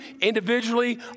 individually